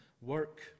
work